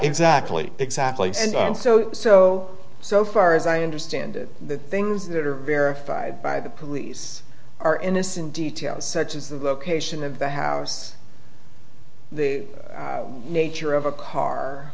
exactly exactly so so so far as i understand it the things that are verified by the police are innocent details such as the location of the house the nature of a car